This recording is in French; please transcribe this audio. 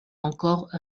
encore